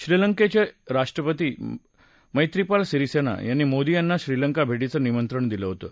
श्रीलंक्खि ्ञिष्ट्रपती मैत्रीपाल सिरिसद्या यांनी मोदी यांना श्रीलंका भर्षीचं निमंत्रण दिलं होतं